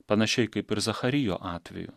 panašiai kaip ir zacharijo atveju